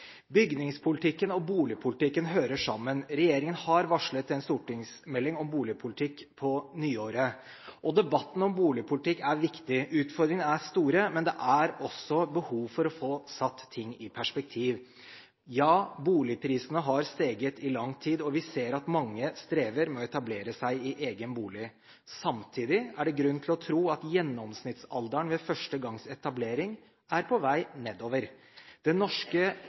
Bygningspolitikken og boligpolitikken hører sammen. Regjeringen har varslet en stortingsmelding om boligpolitikk på nyåret. Debatten om boligpolitikk er viktig. Utfordringene er store, men det er også behov for å få satt ting i perspektiv. Boligprisene har steget i lang tid, og vi ser at mange strever med å etablere seg i egen bolig. Samtidig er det grunn til å tro at gjennomsnittsalderen ved førstegangsetablering er på vei nedover. Det norske